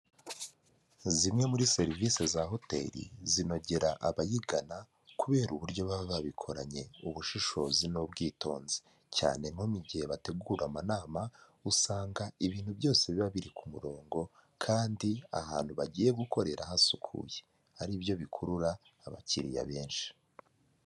Zimwe muri serivisi za hoteli zinogera abayigana kubera uburyo baba babikoranye, ubushishozi n'ubwitonzi, cyane nko mu gihe bategura amanama usanga ibintu byose biba biri ku murongo kandi ahantu bagiye gukorera hasukuye, ari byo bikurura abakiriya benshi.